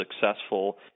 successful